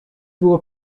było